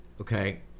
okay